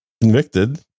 convicted